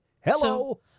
Hello